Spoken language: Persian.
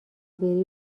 بری